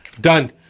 Done